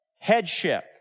headship